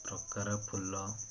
ପ୍ରକାର ଫୁଲ